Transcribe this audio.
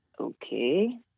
okay